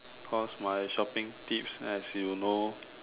cause my shopping tips as you know